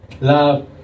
Love